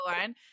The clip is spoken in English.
one